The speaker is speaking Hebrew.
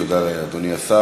תודה לאדוני השר.